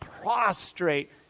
prostrate